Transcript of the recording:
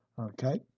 okay